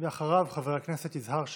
אחריו, חבר הכנסת יזהר שי.